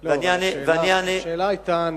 שהוא שואל.